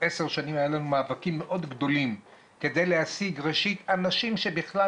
אני זוכר שעשר שנים היו לנו מאבקים מאוד גדולים כדי להשיג אנשים שבכלל